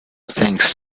thanks